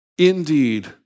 indeed